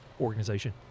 organization